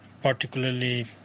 particularly